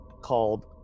called